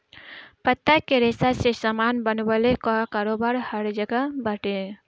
पत्ता के रेशा से सामान बनवले कअ कारोबार हर जगह बाटे